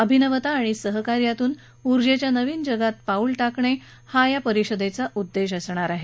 अभिनवता आणि सहकार्यातून ऊर्जेच्या नवीन जगात पाऊल टाकणार हा या परिषदेचा उद्देश आहे